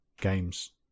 games